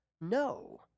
No